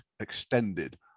extended